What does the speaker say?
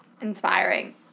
inspiring